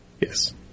yes